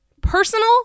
personal